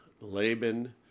Laban